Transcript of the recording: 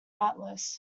atlas